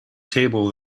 table